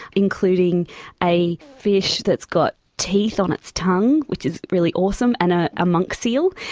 including a fish that's got teeth on its tongue, which is really awesome, and ah a monk seal.